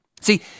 See